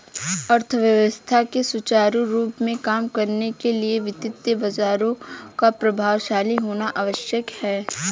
अर्थव्यवस्था के सुचारू रूप से काम करने के लिए वित्तीय बाजारों का प्रभावशाली होना आवश्यक है